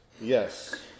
Yes